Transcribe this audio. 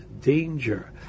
danger